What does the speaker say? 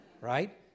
Right